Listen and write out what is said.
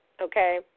okay